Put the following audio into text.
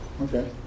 Okay